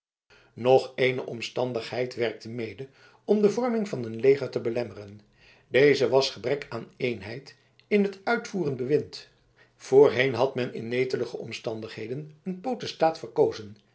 nog eene omstandigheid werkte mede om de vorming van een leger te belemmeren deze was gebrek aan eenheid in het uitvoerend bewind voorheen had men in netelige omstandigheden een potestaat verkoren